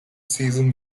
season